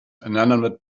inanimate